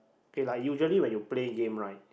okay like usually when you play game right